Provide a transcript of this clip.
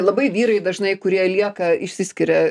labai vyrai dažnai kurie lieka išsiskiria